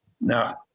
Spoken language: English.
Now